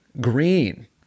green